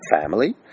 family